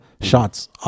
Shots